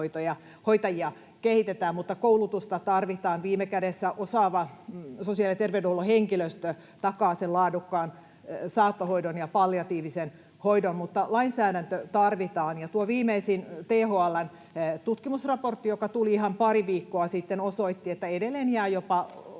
sairaanhoitajia koulutetaan. Koulutusta tarvitaan. Viime kädessä osaava sosiaali- ja terveydenhuollon henkilöstö takaa sen laadukkaan saattohoidon ja palliatiivisen hoidon, mutta lainsäädäntö tarvitaan. Viimeisin THL:n tutkimusraportti, joka tuli ihan pari viikkoa sitten, osoitti, että edelleen jää jopa